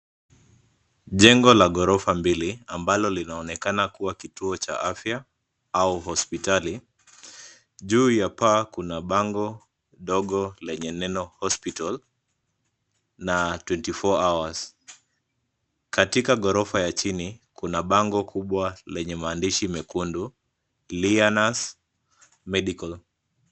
Jengo la ghorofa mbili ambalo linaonekana kuwa kituo cha afya au hospitali. Juu ya paa kuna bango dogo lenye neno hospital na 24 hours . Katika ghorofa ya chini, kuna bango kubwa lenye maandishi mekundu Lianas Medical .